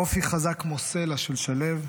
אופי חזק כמו סלע של שליו,